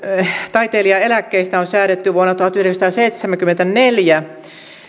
taiteilijaeläkkeistä on säädetty vuonna tuhatyhdeksänsataaseitsemänkymmentäneljä